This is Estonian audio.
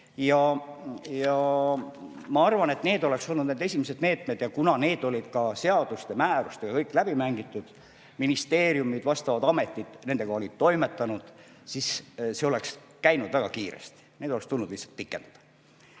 Ma arvan, et need oleks olnud esimesed meetmed. Ja kuna need olid ka seaduste-määrustega kõik läbi mängitud, ministeeriumid ja vastavad ametid olid nendega toimetanud, siis see oleks käinud väga kiiresti, neid oleks tulnud lihtsalt pikendada.